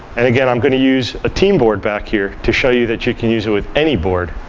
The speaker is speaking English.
and again, i'm going to use a teamboard back here to show you that you can use it with any board,